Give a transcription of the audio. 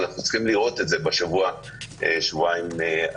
אבל אנחנו צריכים לראות את זה בשבוע-שבועיים הקרובים.